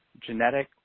genetic